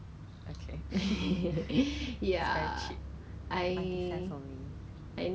I remember I think it was two fifty for one box of fifty pieces surgical mask